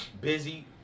Busy